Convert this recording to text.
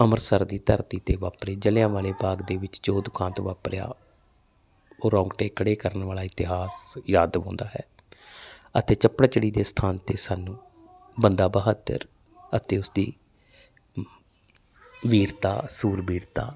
ਅੰਮ੍ਰਿਤਸਰ ਦੀ ਧਰਤੀ ਤੇ ਵਾਪਰੀ ਜਲਿਆਂ ਵਾਲੇ ਬਾਗ ਦੇ ਵਿੱਚ ਜੋ ਦੁਖਾਂਤ ਵਾਪਰਿਆ ਉਹ ਰੋਂਗਟੇ ਖੜੇ ਕਰਨ ਵਾਲਾ ਇਤਿਹਾਸ ਯਾਦ ਦਵਾਉਦਾ ਹੁੰਦਾ ਹੈ ਅਤੇ ਚੱਪੜਚਿੜੀ ਦੇ ਸਥਾਨ ਤੇ ਸਾਨੂੰ ਬੰਦਾ ਬਹਾਦਰ ਅਤੇ ਉਸਦੀ ਵੀਰਤਾ ਸੂਰਬੀਰਤਾ